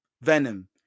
Venom